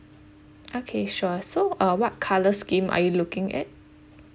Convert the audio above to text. okay sure so uh what colour scheme are you looking at